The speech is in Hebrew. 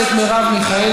חברת הכנסת מרב מיכאלי,